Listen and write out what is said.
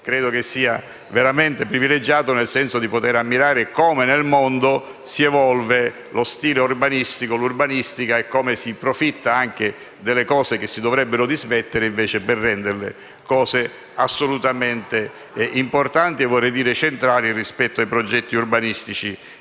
credo sia veramente privilegiato, nel senso di poter ammirare come nel mondo si evolve l'urbanistica e come si profitta anche delle cose che si dovrebbero dismettere per renderle invece assolutamente importanti e centrali rispetto ai progetti urbanistici